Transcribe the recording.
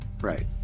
Right